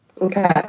Okay